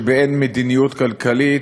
שבאין מדיניות כלכלית,